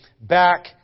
back